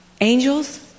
angels